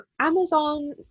Amazon